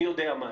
אני יודע מהי.